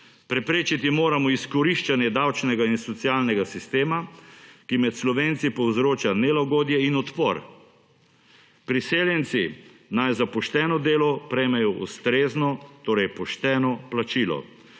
Preprečiti moramo izkoriščanje davčnega in socialnega sistema, ki med Slovenci povzroča nelagodje in odpor. Prisiljenci naj za pošteno delo prejmejo ustrezno torej pošteno plačilo.